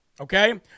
okay